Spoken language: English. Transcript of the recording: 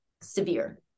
severe